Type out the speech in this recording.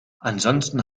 ansonsten